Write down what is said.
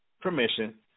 permission